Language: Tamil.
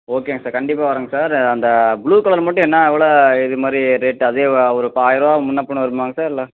ஓகேங்க சார் கண்டிப்பாக வரேங்க சார் அந்த ப்ளூ கலர் மட்டும் என்ன எவ்வளோ இது மாதிரி ரேட் அதே வா ஒரு இப்போ ஆயர ருபா முன்னே பின்னே வருமாங்க சார் இல்லை